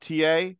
TA